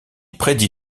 prédit